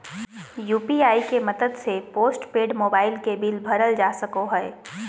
UPI के मदद से पोस्टपेड मोबाइल के बिल भरल जा सको हय